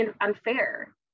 unfair